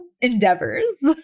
endeavors